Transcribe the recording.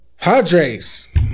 Padres